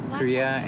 Korea